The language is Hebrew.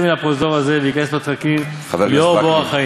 מן הפרוזדור הזה וייכנס בטרקלין לאור באור החיים,